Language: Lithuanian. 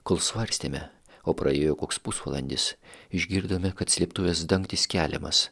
kol svarstėme o praėjo koks pusvalandis išgirdome kad slėptuvės dangtis keliamas